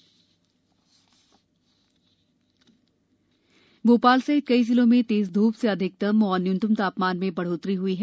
मौसम भोपाल सहित कई जिलों में तेज ध्य से अधिकतम और न्यूनतम तापमान में बढ़ोत्तरी हई है